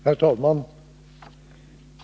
Nr 54 Herr talman!